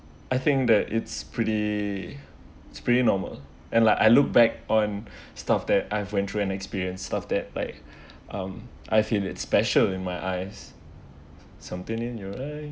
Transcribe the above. I think that it's pretty it's pretty normal and like I look back on stuff that I've went through an experience stuff that like um I feel it's special in my eyes something in your eyes